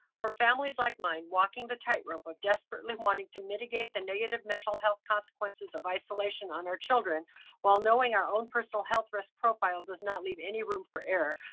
for families like mine, walking the tightrope of desperately wanting to mitigate the negative mental health consequences of isolation on our children while knowing our own personal health risk profile does not leave any room for error,